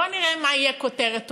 בואו נראה מה יהיה כותרת טובה: